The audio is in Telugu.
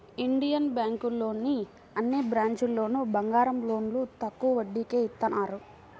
ఇండియన్ బ్యేంకులోని అన్ని బ్రాంచీల్లోనూ బంగారం లోన్లు తక్కువ వడ్డీకే ఇత్తన్నారు